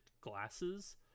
glasses